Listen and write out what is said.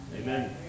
Amen